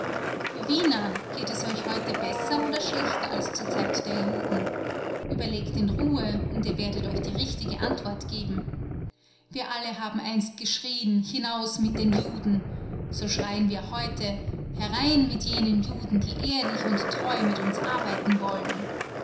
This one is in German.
wiener geht es euch heute besser oder schlechter als zur zeit der juden ueberlegt in ruhe und ihr werdet euch die richtige antwort geben wir alle haben einst geschrien hinaus mit den juden so schreien wir heute herein mit jenen juden die ehrlich und treu mit uns arbeiten wollen